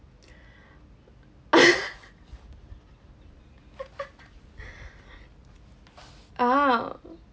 oh